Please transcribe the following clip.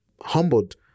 humbled